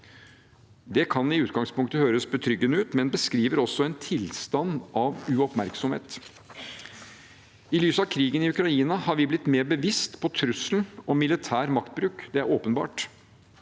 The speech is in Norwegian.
Det kan i utgangspunktet høres betryggende ut, men det beskriver også en tilstand av uoppmerksomhet. I lys av krigen i Ukraina har vi blitt mer bevisst på trusselen om militær maktbruk, det er åpenbart.